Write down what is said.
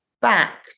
back